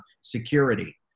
security